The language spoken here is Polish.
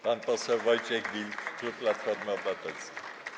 Pan poseł Wojciech Wilk, klub Platformy Obywatelskiej.